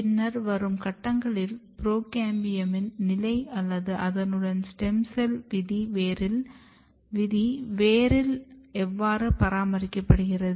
பின்னர் வரும் கட்டங்களில் புரோகேம்பியமின் நிலை அல்லது அதனுடைய ஸ்டெம் செல் விதி வேரில் எவ்வாறு பராமரிக்கப்படுகிறது